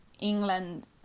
england